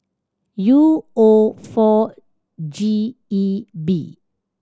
U O four G E B